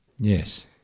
Yes